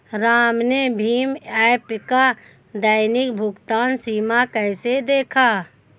राम ने भीम ऐप का दैनिक भुगतान सीमा कैसे देखा?